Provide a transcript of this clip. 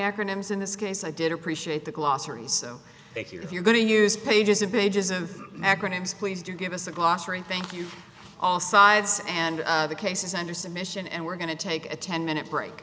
acronyms in this case i did appreciate the glossaries so if you're going to use pages and pages of acronyms please do give us a glossary thank you all sides and the case is under submission and we're going to take a ten minute break